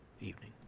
evening